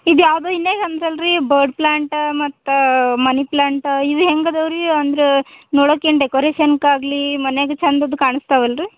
ಇದ್ಯಾವುದೂ ರೀ bird plant ಮತ್ತು money plant ಇವು ಹೇಗದವ್ ರೀ ಒಂದು ನೋಡೋಕೇನು ಡೆಕೊರೇಷನ್ನಿಗಾಗ್ಲೀ ಮನ್ಯಾಗ ಚಂದದ್ದು ಕಾಣಿಸ್ತವಲ್ ರೀ